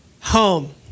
Home